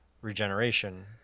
regeneration